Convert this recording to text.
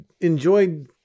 enjoyed